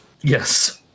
Yes